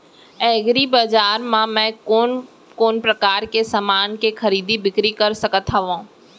एग्रीबजार मा मैं कोन कोन परकार के समान के खरीदी बिक्री कर सकत हव?